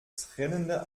tränende